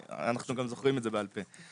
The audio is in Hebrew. אנחנו זוכרים את זה בעל פה.